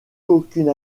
aucune